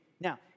Now